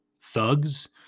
thugs